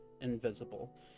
invisible